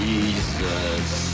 Jesus